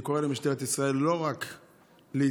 אני קורא למשטרת ישראל לא רק להתנצל,